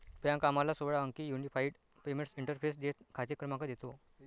bank आम्हाला सोळा अंकी युनिफाइड पेमेंट्स इंटरफेस देते, खाते क्रमांक देतो